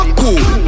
cool